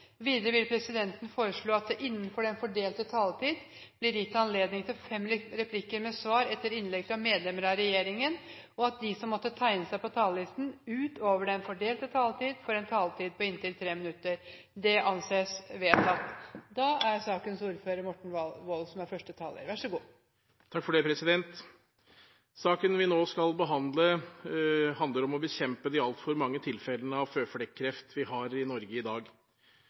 Videre vil presidenten foreslå at det blir gitt anledning til fem replikker med svar etter innlegg fra medlem av regjeringen innenfor den fordelte taletid, og at de som måtte tegne seg på talerlisten utover den fordelte taletid, får en taletid på inntil 3 minutter. – Det anses vedtatt. Saken vi nå skal behandle, handler om å bekjempe de altfor mange tilfellene av føflekkreft vi har i Norge i dag.